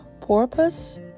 porpoise